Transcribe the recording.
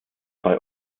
zwei